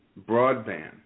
broadband